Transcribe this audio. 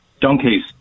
Donkeys